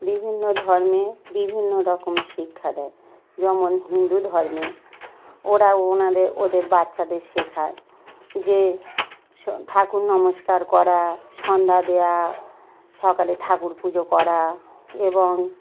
বিভিন্ন ধর্মে বিভিন্ন রকম শিক্ষা দেয় যেমন হিন্দু ধর্মে ওরা ওনাদের ওদের বাচ্চাদের শেখায় যে ঠাকুর নমস্কার করা সন্ধ্যা দেওয়া সকালে ঠাকুর পুজো করা এবং